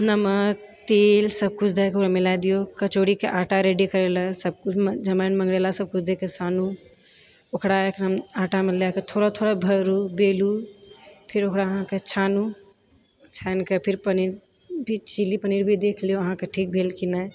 नमक तेल सबकिछु दए कऽ ओकरा मिलाय दियौ कचौड़ीके आटा रेडी कर लए सबकिछु जमाइन मंगरैला सबकिछु दएके सानू ओकरा एकदम आटामे लए कऽ थोड़ा थोड़ा भरु बेलू फिर ओकरा अहाँके छानु छानि कऽ फिर पनीर भी चिली पनीर भी देख लियौ ठीक भेल की नहि